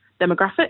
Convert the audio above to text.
demographic